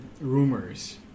rumors